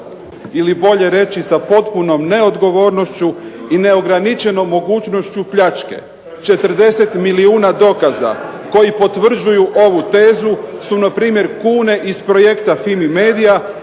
ili bolje reći sa potpunom neodgovornošću i neograničenom mogućnošću pljačke. 40 milijuna dokaza koji potvrđuju ovu tezu su npr. kuna iz projekta FIMI-MEDIA